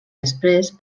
després